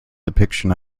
depiction